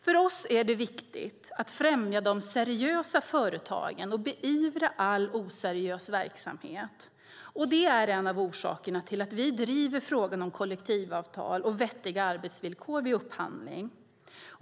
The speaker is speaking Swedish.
För oss är det viktigt att främja de seriösa företagen och beivra all oseriös verksamhet. Det är en av orsakerna till att vi driver frågan om kollektivavtal och vettiga arbetsvillkor vid upphandling.